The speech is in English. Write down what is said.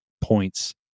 points